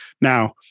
Now